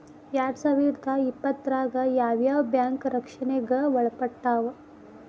ಎರ್ಡ್ಸಾವಿರ್ದಾ ಇಪ್ಪತ್ತ್ರಾಗ್ ಯಾವ್ ಯಾವ್ ಬ್ಯಾಂಕ್ ರಕ್ಷ್ಣೆಗ್ ಒಳ್ಪಟ್ಟಾವ?